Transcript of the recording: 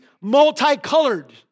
multicolored